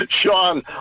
Sean